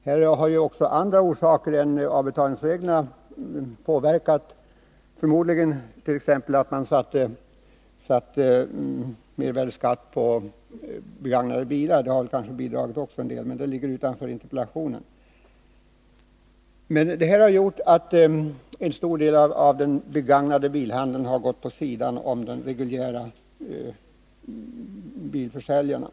Här har också andra faktorer än avbetalningsreglerna påverkat utvecklingen — exempelvis mervärdeskatten på begagnade bilar har förmodligen bidragit en del, men det ligger utanför interpellationen. Detta har medfört att en stor del av handeln med begagnade bilar har bedrivits vid sidan av den reguljära bilförsäljningen.